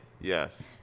Yes